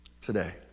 today